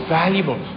valuable